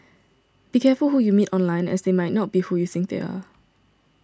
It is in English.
be careful who you meet online as they might not be who you think they are